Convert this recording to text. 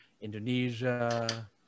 indonesia